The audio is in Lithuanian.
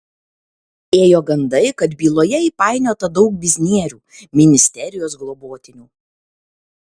ėjo gandai kad byloje įpainiota daug biznierių ministerijos globotinių